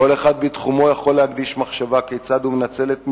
כל אחד בתחומו יכול להקדיש מחשבה כיצד הוא מנצל את משרדו,